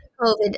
COVID